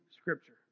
Scripture